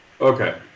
okay